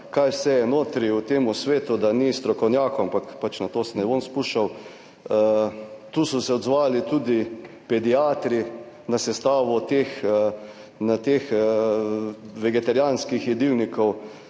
kaj vse je notri v tem svetu, da ni strokovnjakov, ampak pač na to se ne bom spuščal. Tu so se odzvali tudi pediatri na sestavo teh vegetarijanskih jedilnikov,